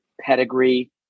pedigree